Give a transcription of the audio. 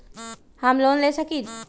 हम लोन ले सकील?